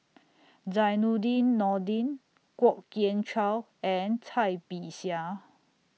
Zainudin Nordin Kwok Kian Chow and Cai Bixia